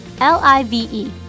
L-I-V-E